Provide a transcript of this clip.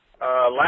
Last